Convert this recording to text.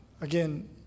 again